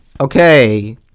Okay